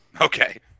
Okay